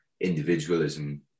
individualism